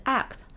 act